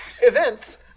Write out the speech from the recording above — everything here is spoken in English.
events